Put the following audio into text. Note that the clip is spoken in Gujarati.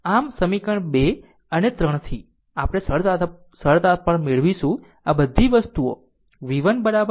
આમ સમીકરણ 2 અને 3 થી આપણે સરળતા પર મેળવીશું આ બધી વસ્તુઓ v1 1